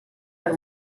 per